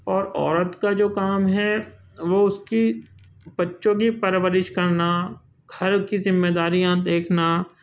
اور عورت کا جو کام ہے وہ اُس کی بچوں کی پرورش کرنا گھر کی ذمہ داریاں دیکھنا